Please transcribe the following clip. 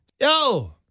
Yo